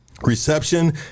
reception